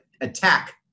attack